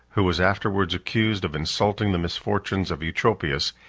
who was afterwards accused of insulting the misfortunes of eutropius,